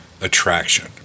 attraction